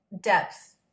depth